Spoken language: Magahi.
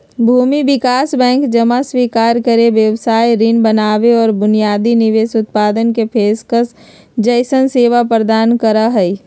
भूमि विकास बैंक जमा स्वीकार करे, व्यवसाय ऋण बनावे और बुनियादी निवेश उत्पादन के पेशकश जैसन सेवाएं प्रदान करा हई